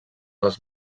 les